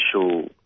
initial